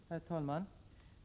Herr talman!